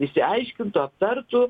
išsiaiškintų aptartų